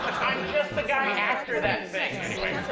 i'm just the guy after that thing. anyway.